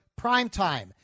PRIMETIME